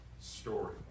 story